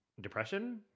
depression